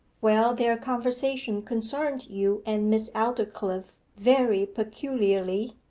well, their conversation concerned you and miss aldclyffe, very peculiarly.